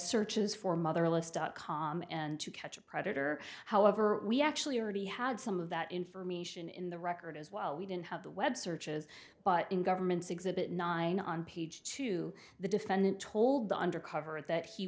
searches for motherless dot com and to catch a predator however we actually already had some of that information in the record as well we didn't have the web searches but in government's exhibit nine on page two the defendant told the undercover it that he